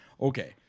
Okay